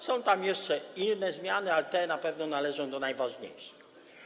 Są tam jeszcze inne zmiany, ale te na pewno należą do najważniejszych.